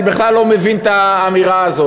אני בכלל לא מבין את האמירה הזאת.